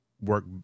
work